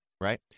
right